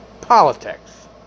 Politics